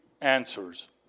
answers